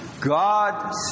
God